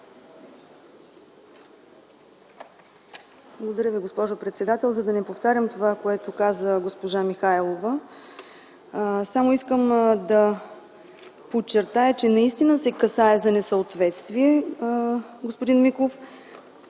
Благодаря Ви, госпожо председател. За да не повтарям това, което каза госпожа Михайлова, само искам да подчертая, че наистина се касае за несъответствие, господин Миков.